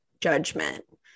judgment